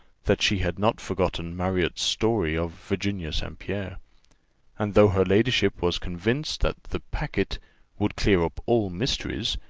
that she had not forgotten marriott's story of virginia st. pierre and though her ladyship was convinced that the packet would clear up all mysteries,